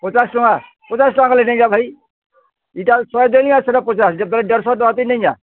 ପଚାଶ୍ ଟଙ୍ଗା ପଚାଶ୍ ଟଙ୍ଗା ଗଲେ ନେଇଯା ଭାଇ ଇଟା ଶହେ ଦେଲି ଆର୍ ସେଟା ପଚାଶ୍ ଦେଢ଼୍ଶ ଟଙ୍ଗା ତୁଇ ନେଇଯା